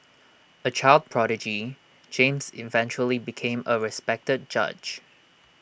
A child prodigy James eventually became A respected judge